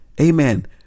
amen